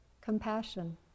compassion